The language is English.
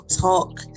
talk